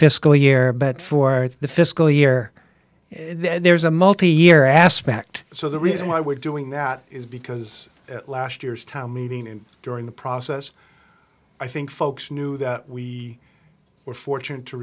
fiscal year but for the fiscal year there's a multi year aspect so the reason why we're doing that is because last year's time meeting and during the process i think folks knew that we were fortunate to